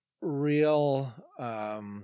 real